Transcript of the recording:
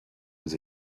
was